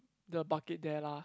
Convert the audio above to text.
the bucket there lah